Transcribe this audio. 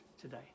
today